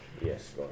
Yes